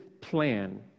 plan